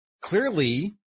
clearly